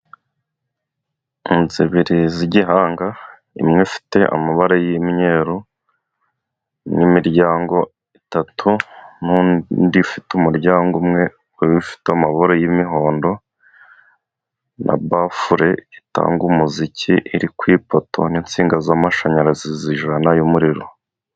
Inzu ebyiri z'igihanga imwe ifite amabara y'imyeru n'imiryango itatu, indi ifite umuryango umwe wari ufite amabara y'imihondo na bafule itanga umuziki, iri ku ipoto n'insinga z'amashanyarazi zijyana umuriro.